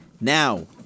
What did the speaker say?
now